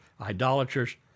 idolaters